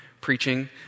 preaching